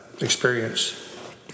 experience